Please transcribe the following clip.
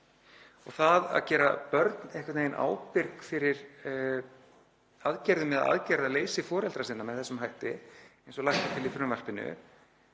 Það að gera börn einhvern veginn ábyrg fyrir aðgerðum eða aðgerðaleysi foreldra sinna með þessum hætti, eins og lagt er til í frumvarpinu,